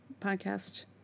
podcast